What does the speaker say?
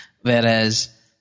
Whereas